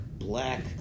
Black